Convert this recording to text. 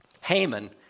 Haman